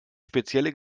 spezielle